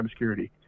cybersecurity